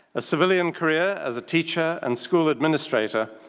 a civilian career as a teacher and school administrator,